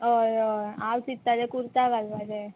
हय हय हांव चितताले कुर्ता घालपाचे